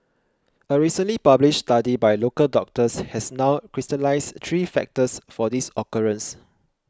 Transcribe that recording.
a recently published study by local doctors has now crystallised three factors for this occurrence